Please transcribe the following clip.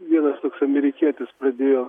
vienas amerikietis pradėjo